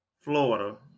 Florida